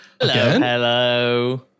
hello